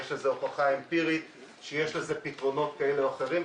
ויש הוכחה אמפירית שיש לזה פתרונות כאלו או אחרים,